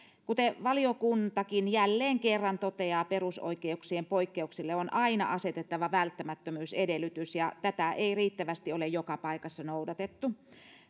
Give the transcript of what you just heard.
kuten valiokuntakin jälleen kerran toteaa perusoikeuksien poikkeuksille on aina asetettava välttämättömyysedellytys ja tätä ei riittävästi ole joka paikassa noudatettu